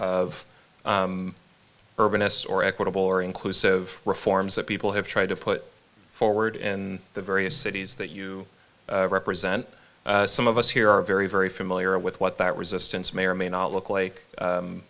of urbanist or equitable or inclusive reforms that people have tried to put forward in the various cities that you represent some of us here are very very familiar with what that resistance may or may not look like i